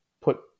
put